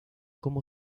como